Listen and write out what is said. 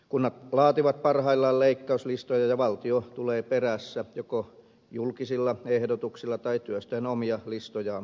kunnat laativat parhaillaan leikkauslistoja ja valtio tulee perässä joko julkisilla ehdotuksilla tai työstäen omia listojaan piilossa